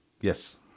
Yes